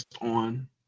on